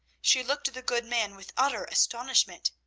she looked at the good man with utter astonishment.